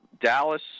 Dallas